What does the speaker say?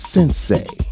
Sensei